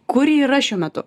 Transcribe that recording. kur ji yra šiuo metu